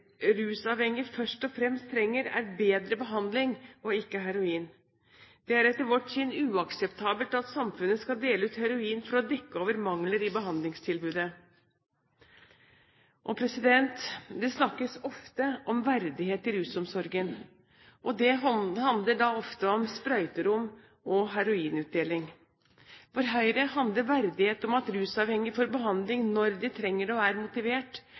er etter vårt syn uakseptabelt at samfunnet skal dele ut heroin for å dekke over mangler i behandlingstilbudet. Det snakkes ofte om verdighet i rusomsorgen, og det handler da ofte om sprøyterom og heroinutdeling. For Høyre handler verdighet om at rusavhengige får behandling når de trenger det og er motivert,